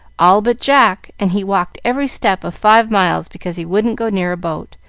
all but jack, and he walked every step of five miles because he wouldn't go near a boat,